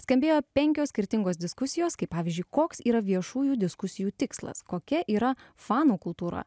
skambėjo penkios skirtingos diskusijos kaip pavyzdžiui koks yra viešųjų diskusijų tikslas kokia yra fanų kultūra